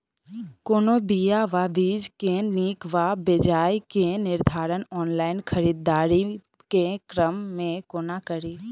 कोनों बीया वा बीज केँ नीक वा बेजाय केँ निर्धारण ऑनलाइन खरीददारी केँ क्रम मे कोना कड़ी?